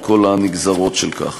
על כל הנגזרות של כך.